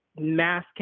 mass